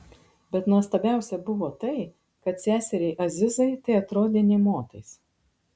bet nuostabiausia buvo tai kad seseriai azizai tai atrodė nė motais